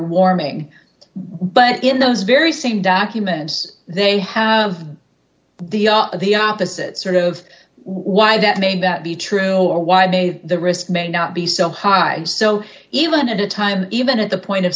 warming but in those very same documents they have the the opposite sort of why that may that be true or why they the risk may not be so high and so even a time even at the point of